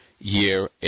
year